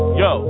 yo